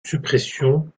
suppression